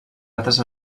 altres